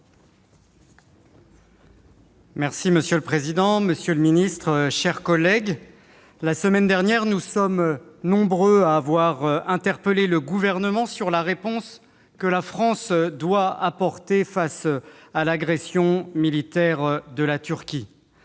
Féraud. Monsieur le président, monsieur le secrétaire d'État, chers collègues, la semaine dernière, nous sommes nombreux à avoir interpellé le Gouvernement sur la réponse que la France doit apporter à l'agression militaire turque.